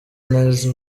neza